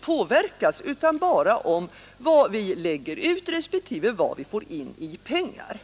påverkas utan bara om vad vi lägger ut respektive vad vi får in i pengar.